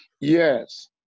Yes